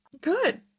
Good